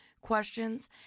questions